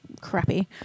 crappy